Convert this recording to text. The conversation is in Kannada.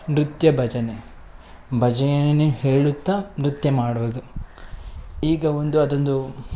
ನೃತ್ಯ ಭಜನೆ ಭಜನೇನೆ ಹೇಳುತ್ತಾ ನೃತ್ಯ ಮಾಡುವುದು ಈಗ ಒಂದು ಅದೊಂದು